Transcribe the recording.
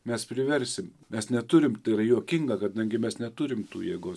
mes priversim nes neturim tai yra juokinga kadangi mes neturim tų jėgos